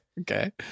Okay